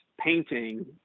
painting